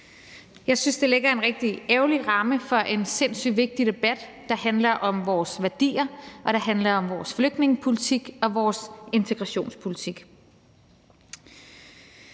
Jeg synes, det lægger en rigtig ærgerlig ramme for en sindssygt vigtig debat, der handler om vores værdier og handler om vores flygtningepolitik og vores integrationspolitik.